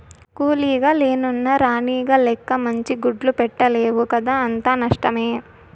కూలీగ లెన్నున్న రాణిగ లెక్క మంచి గుడ్లు పెట్టలేవు కదా అంతా నష్టమే